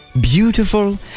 beautiful